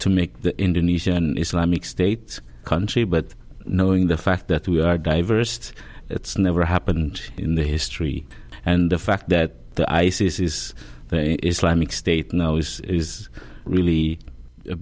to make the indonesian islamic state country but knowing the fact that we are diverse it's never happened in the history and the fact that the isis is the islamic state now is is really a